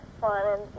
fun